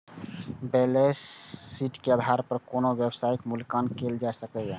balance sheet के आधार पर कोनो व्यवसायक मूल्यांकन कैल जा सकैए